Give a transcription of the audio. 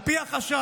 על פי החשד,